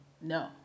no